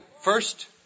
First